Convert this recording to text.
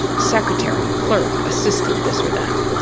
secretary, clerk, assistant this or that.